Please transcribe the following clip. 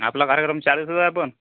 आपला कार्यक्रम चार दिवसाचा आहे पण